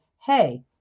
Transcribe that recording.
Hey